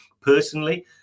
Personally